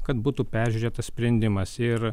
kad būtų peržiūrėtas sprendimas ir